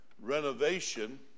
renovation